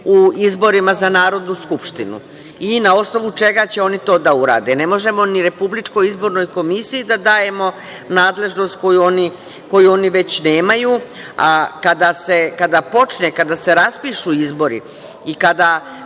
u izborima za Narodnu skupštinu. Na osnovu čega će oni to da urade? Ne možemo ni RIK da dajemo nadležnost koju oni već nemaju. Kada počne, kada se raspišu izbori i kada